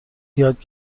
یاد